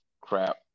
Crap